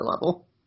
level